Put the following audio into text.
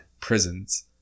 prisons